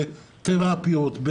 בתרפיות,